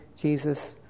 Jesus